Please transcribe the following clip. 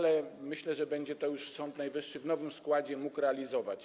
Jednak myślę, że będzie to już Sąd Najwyższy w nowym składzie mógł realizować.